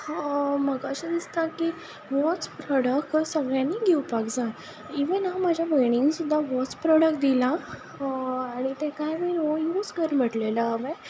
म्हाका अशें दिसता की होच प्रोडक्ट सगल्यांनी घेवपाक जाय इवन हांव म्हज्या भयणीक सुद्दां होच प्रोडक्ट दिला आनी ताका हो यूज कर म्हटलेलो हांवें